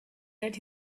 that